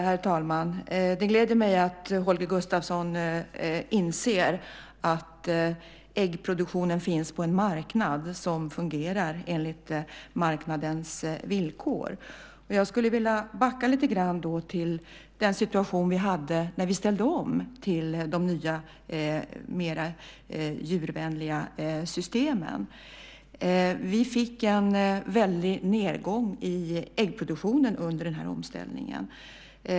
Herr talman! Det gläder mig att Holger Gustafsson inser att äggproduktionen finns på en marknad som fungerar enligt marknadens villkor. Jag skulle vilja backa lite grann till den situation som vi hade när vi ställde om till de nya mer djurvänliga systemen. Vi fick en stor nedgång i äggproduktionen under denna omställning.